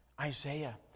Isaiah